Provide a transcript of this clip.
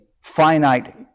finite